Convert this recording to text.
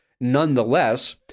Nonetheless